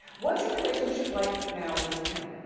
what's your relationship like now with kim?